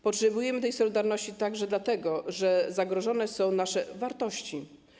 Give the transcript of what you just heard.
Potrzebujemy tej solidarności także dlatego, że zagrożone są nasze wartości.